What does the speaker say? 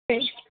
ਜੀ